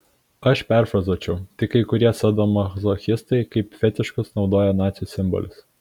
aš perfrazuočiau tik kai kurie sadomazochistai kaip fetišus naudoja nacių simbolius